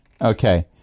Okay